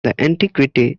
antiquity